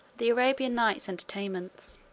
the arabian nights entertainments.